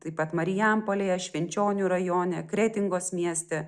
taip pat marijampolėje švenčionių rajone kretingos mieste